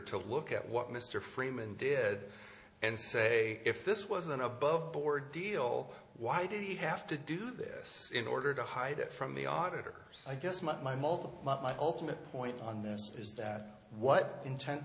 to look at what mr freeman did and say if this was an above board deal why did he have to do this in order to hide it from the auditor i guess my multiple my ultimate point on this is that what inten